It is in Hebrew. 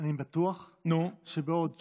אני בטוח שבעוד 3,